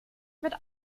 wird